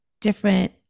different